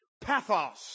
Pathos